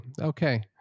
okay